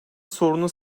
sorunu